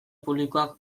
publikoak